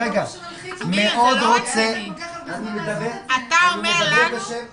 אתה אומר לנו שאנחנו מלחיצים אתכם?